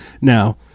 Now